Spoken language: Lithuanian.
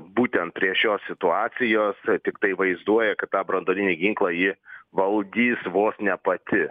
būtent prie šios situacijos tiktai vaizduoja kad tą branduolinį ginklą ji valdys vos ne pati